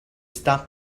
stop